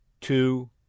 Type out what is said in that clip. two